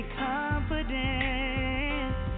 confidence